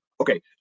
Okay